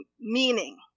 meaning